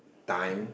time